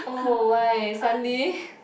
oh why suddenly